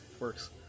works